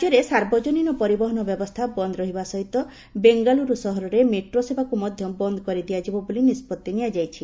ରାଜ୍ୟରେ ସାର୍ବଜନୀନ ପରିବହନ ବ୍ୟବସ୍ଥା ବନ୍ଦ ରହିବା ସହିତ ବେଙ୍ଗାଲୁର ସହରରେ ମେଟ୍ରୋ ସେବାକୁ ମଧ୍ୟ ବନ୍ଦ କରିଦିଆଯିବ ବୋଲି ନିଷ୍ପଭି ନିଆଯାଇଛି